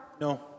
No